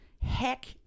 heck